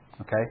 Okay